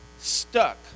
stuck